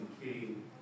king